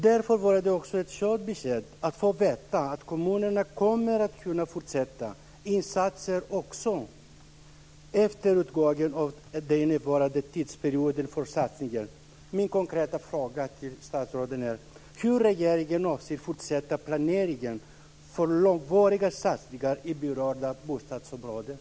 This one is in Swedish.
Därför var det också bra med ett besked om att kommunerna kommer att kunna fortsätta sina insatser också efter utgången av den nuvarande tidsperioden för satsningen.